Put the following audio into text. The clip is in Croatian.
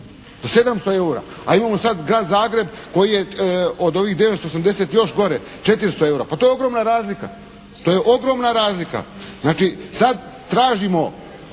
700 eura. A imamo sad grad Zagreb koji je od ovih 980 još gode, 400 eura, pa to je ogromna razlika, to je ogromna razlika. Znači sad tražimo